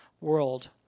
world